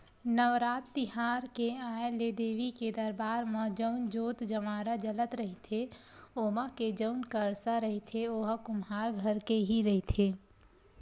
नवरात तिहार के आय ले देवी के दरबार म जउन जोंत जंवारा जलत रहिथे ओमा के जउन करसा रहिथे ओहा कुम्हार घर के ही रहिथे